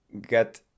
got